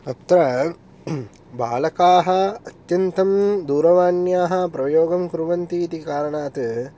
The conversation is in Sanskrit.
अत्र बालकाः अत्यन्तं दूरवान्याः प्रयोगं कुर्वन्ति इति कारणात्